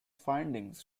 findings